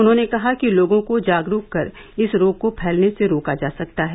उन्होंने कहा कि लोगों को जागरूक कर इस रोग को फैलने से रोका जा सकता है